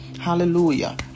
Hallelujah